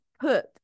put